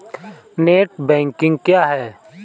Net banking क्या है?